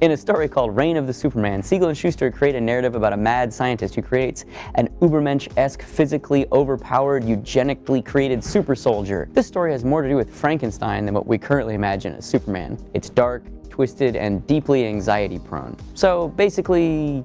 in a story called reign of the superman, siegel and shuster create a narrative about a mad scientist who creates an ubermensch-esque physically overpowered eugenically-created super soldier. this story has more to do with frankenstein than what we currently imagine as superman. its dark, twisted, and deeply anxiety-prone so basically